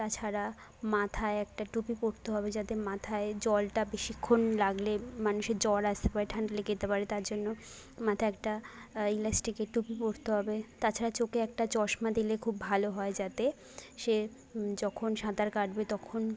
তাছাড়া মাথায় একটা টুপি পরতে হবে যাতে মাথায় জলটা বেশিক্ষণ লাগলে মানুষের জ্বর আসতে পারে ঠান্ডা লেগে যেতে পারে তার জন্য মাথায় একটা ইলাস্টিকের টুপি পরতে হবে তাছাড়া চোখে একটা চশমা দিলে খুব ভালো হয় যাতে সে যখন সাঁতার কাটবে তখন